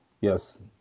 Yes